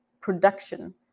production